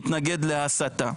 אני מתנגד להסתה.